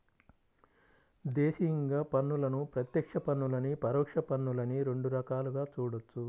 దేశీయంగా పన్నులను ప్రత్యక్ష పన్నులనీ, పరోక్ష పన్నులనీ రెండు రకాలుగా చూడొచ్చు